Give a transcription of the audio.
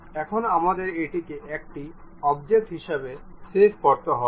এখন আমাদের এটিকে একটি অবজেক্ট হিসাবে সেভ করতে হবে